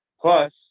plus